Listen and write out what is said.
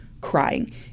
crying